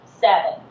Seven